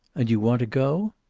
and you want to go?